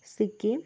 Sikkim